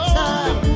time